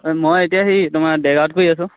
মই এতিয়া হে তোমাৰ দেৰগাঁওত কৰি আছোঁ